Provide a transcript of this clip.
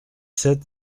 sept